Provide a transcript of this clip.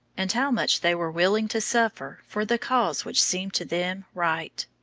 and how much they were willing to suffer for the cause which seemed to them right,